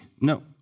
No